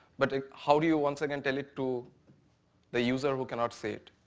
but ah how do you, once again, tell it to the user who cannot see it?